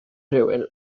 rhywun